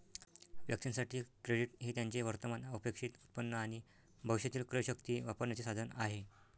व्यक्तीं साठी, क्रेडिट हे त्यांचे वर्तमान अपेक्षित उत्पन्न आणि भविष्यातील क्रयशक्ती वापरण्याचे साधन आहे